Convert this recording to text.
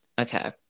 Okay